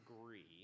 agree